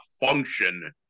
function